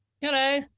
Hello